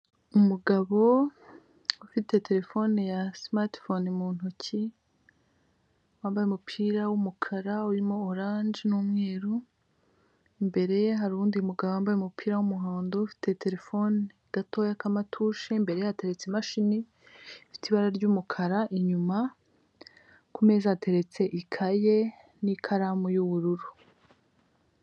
Umugabo ufite telefone ya simatifone mu ntoki wambaye umupira w'umukara urimo oranje n'umweru imbere ye hari uwundi umugabo wambaye umupira w'umuhondo ufite telefone gatoya ka matushe k'umukara. Imbere ye hateretse imashini ifite ibara ry'umukara, inyuma kumeza hateretse ikaye n'ikaramu y'ubururu.